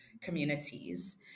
communities